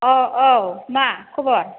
अह औ मा खबर